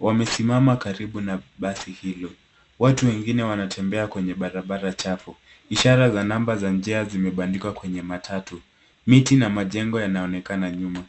Wamesimama karibu na basi hilo. Watu wengine wanatembea kwenye barabara chafu. Ishara za namba za njia zimebandikwa kwenye matatu. Miti na majengo yanaonekana nyuma.